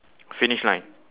finish line